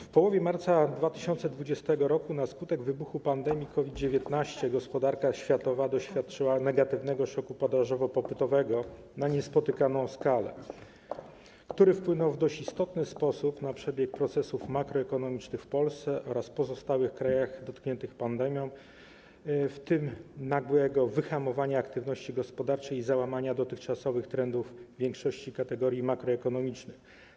W połowie marca 2020 r. na skutek wybuchu pandemii COVID-19 światowa gospodarka doświadczyła negatywnego szoku podażowo-popytowego na niespotykaną skalę, który wpłynął w dość istotny sposób na przebieg procesów makroekonomicznych w Polsce oraz w pozostałych krajach dotkniętych pandemią, w tym nagłego wyhamowania aktywności gospodarczej i załamania dotychczasowych trendów w większości kategorii makroekonomicznych.